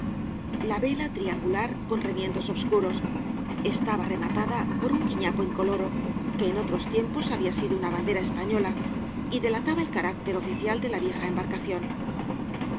la vela triangular con remiendos obscuros estaba rematada por un guiñapo incoloro que en otros tiempos había sido una bandera española y delataba el carácter oficial de la vieja embarcación